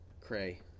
Cray